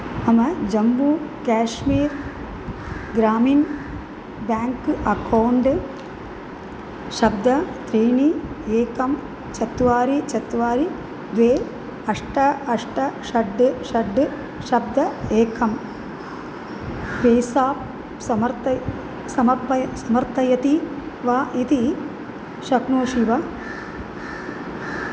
मम Jammu Kashmir Grameen bank account सप्त त्रीणि एकं चत्वारि चत्वारि द्वे अष्ट अष्ट षड् षड् सप्त एकं पेसाप् समर्थय समर्पय समर्थयति वा इति शक्नोषि वा